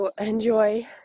enjoy